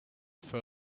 for